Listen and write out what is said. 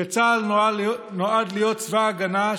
שצה"ל נועד להיות צבא ההגנה,